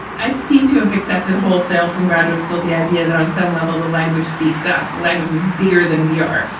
i've seemed to have accepted wholesale from graduate school the idea that on some level the language speaks us, the language is bigger than we are,